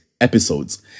episodes